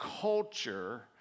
culture